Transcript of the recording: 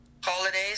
holidays